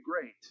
great